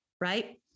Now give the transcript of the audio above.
Right